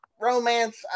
romance